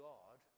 God